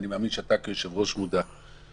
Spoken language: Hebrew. אני מאמין שאדוני היושב-ראש מודע.